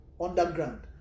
underground